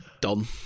done